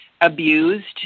abused